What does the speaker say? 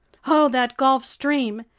oh, that gulf stream!